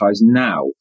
now